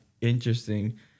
interesting